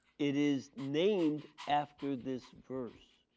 it is named after this verse.